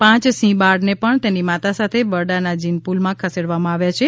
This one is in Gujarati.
પાંચ સિંહ બાળને પણ તેની માતા સાથે બરડાના જીનપૂલમાં ખસેડવામાં આવ્યા છે